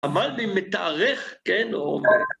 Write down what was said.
המלבי"ם מתארך, כן או...